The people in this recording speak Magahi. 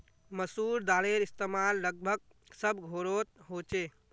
मसूर दालेर इस्तेमाल लगभग सब घोरोत होछे